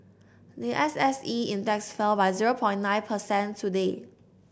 the S S E Index fell by zero point nine percent today